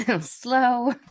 Slow